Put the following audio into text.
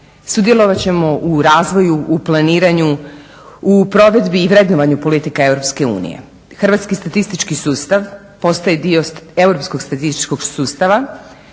Sudjelovat ćemo u razvoju, u planiranju, u provedbi i vrednovanju politika EU. Hrvatski statistički sustav postaje dio